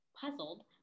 Puzzled